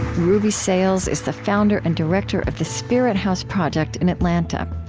ruby sales is the founder and director of the spirit house project in atlanta.